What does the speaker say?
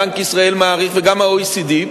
בנק ישראל מעריך וגם ה-OECD,